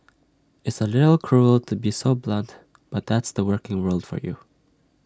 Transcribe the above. it's A little cruel to be so blunt but that's the working world for you